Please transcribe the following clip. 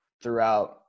throughout